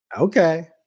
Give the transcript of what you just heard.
Okay